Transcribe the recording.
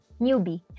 newbie